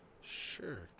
Sure